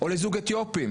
או לזוג אתיופים,